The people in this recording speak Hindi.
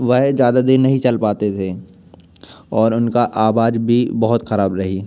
वह ज़्यादा देर नहीं चल पाते थे और उनका आवाज भी बहुत खराब रही